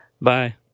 Bye